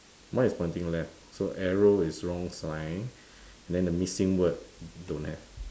mine is pointing left so arrow is wrong sign and then the missing word don't have